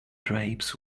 drapes